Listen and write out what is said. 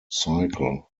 cycle